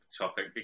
topic